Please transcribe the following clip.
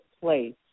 place